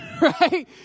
Right